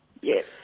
Yes